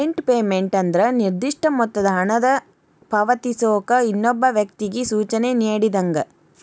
warrant payment ಅಂದ್ರ ನಿರ್ದಿಷ್ಟ ಮೊತ್ತದ ಹಣನ ಪಾವತಿಸೋಕ ಇನ್ನೊಬ್ಬ ವ್ಯಕ್ತಿಗಿ ಸೂಚನೆ ನೇಡಿದಂಗ